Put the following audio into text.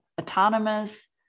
Autonomous